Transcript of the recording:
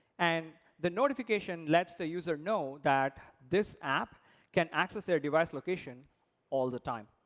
and the notification lets the user know that this app can access their device location all the time.